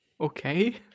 Okay